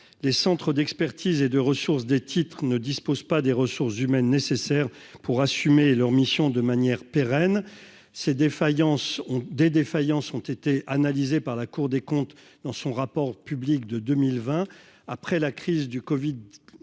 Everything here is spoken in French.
les centres d'expertise et de ressources des titres ne disposent pas des ressources humaines nécessaires pour assumer leur mission de manière pérenne, ces défaillances des défaillances ont été analysées par la Cour des comptes dans son rapport public de 2020, après la crise du Covid